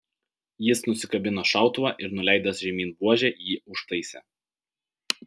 jis nusikabino šautuvą ir nuleidęs žemyn buožę jį užtaisė